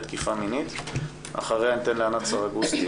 תקיפה מינית ואחריה ניתן את רשות הדיבור לענת סרגוסטי.